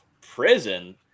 Prison